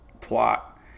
plot